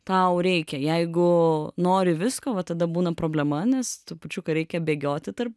tau reikia jeigu nori visko va tada būna problema nes trupučiuką reikia bėgioti tarp